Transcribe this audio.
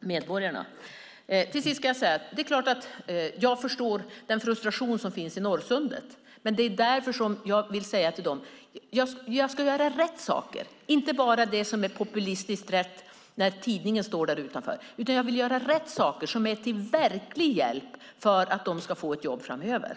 medborgarna. Det är klart att jag förstår den frustration som finns i Norrsundet. Det är därför jag vill säga till dem att jag ska göra rätt saker, inte bara det som är populistiskt rätt när tidningen står där utanför. Jag vill göra rätt saker, som är till verklig hjälp för att de ska få jobb framöver.